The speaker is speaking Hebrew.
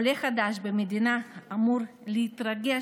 עולה חדש במדינה אמור להתרגש,